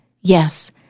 Yes